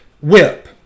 Whip